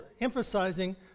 emphasizing